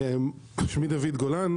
שמי דוד גולן.